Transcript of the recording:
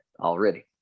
already